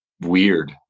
weird